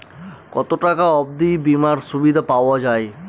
কত টাকা অবধি বিমার সুবিধা পাওয়া য়ায়?